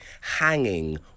hanging